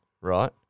right